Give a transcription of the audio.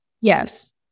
Yes